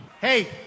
Hey